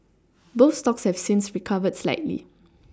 both stocks have since recovered slightly